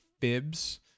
fibs